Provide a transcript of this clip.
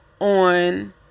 on